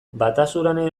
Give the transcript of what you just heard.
batasunaren